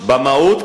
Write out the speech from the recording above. במהות,